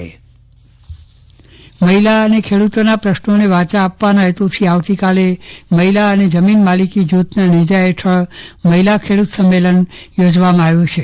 ચંદ્રવદન પટ્ટણી મહિલા ખેડૂત સંમેલન મહિલા ખેડૂતોના પ્રશ્નોને વાચા આપવાના હેતુથી આવતીકાલે મહિલા અને જમીનમાલિકી જૂથ ના નેજા હેઠળ મહિલા ખેડૂત સંમેલન યોજવામાં આવ્યું છે